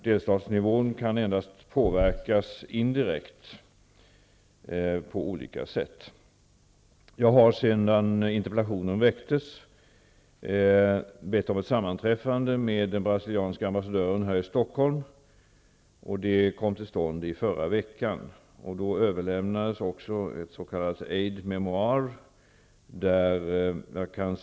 Delstatsnivån kan endast påverkas indirekt på olika sätt. Jag har sedan interpellationen väcktes bett om ett sammanträffande med den brasilianske ambassadören här i Stockholm. Det kom till stånd i förra veckan. Då överlämnades ett s.k. aidemémoire.